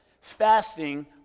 fasting